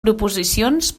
proposicions